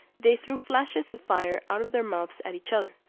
they threw flashes of fire out of their mouths at each other,